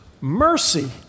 mercy